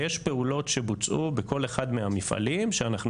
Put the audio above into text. ויש פעולות שבוצעו בכל אחד מהמפעלים שאנחנו